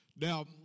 Now